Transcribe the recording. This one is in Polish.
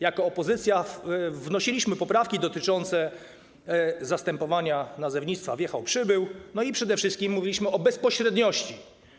Jako opozycja wnosiliśmy poprawki dotyczące zastępowania nazewnictwa - ˝wjechał˝, ˝przybył˝ - a przede wszystkim mówiliśmy o bezpośredniości.